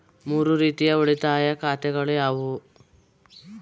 ಮೂರು ರೀತಿಯ ಉಳಿತಾಯ ಖಾತೆಗಳು ಯಾವುವು?